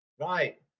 Right